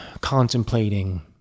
contemplating